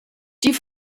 die